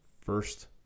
first